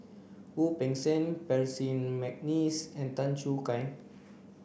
Wu Peng Seng Percy McNeice and Tan Choo Kai